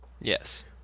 Yes